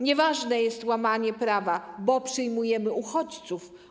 Nieważne jest łamanie prawa, bo przyjmujemy uchodźców.